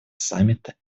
саммита